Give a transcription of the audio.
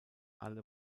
alle